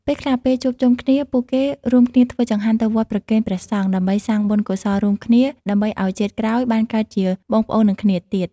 ពេលខ្លះ ពេលជួបជុំគ្នា ពួកគេរួមគ្នាធ្វើចង្ហាន់ទៅវត្តប្រគេនព្រះសង្ឃ ដើម្បីសាងបុណ្យកុសលរួមគ្នា ដើម្បីឱ្យជាតិក្រោយបានកើតជាបងប្អូននឹងគ្នាទៀត។